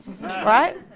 Right